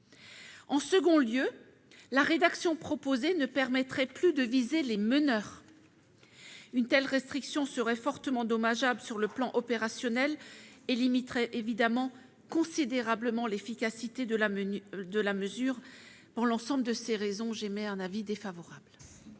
En second lieu, retenir la rédaction proposée ne permettrait plus de viser les « meneurs ». Une telle restriction serait fortement dommageable sur le plan opérationnel et limiterait considérablement l'efficacité de la mesure. Pour l'ensemble de ces raisons, la commission a émis un avis défavorable.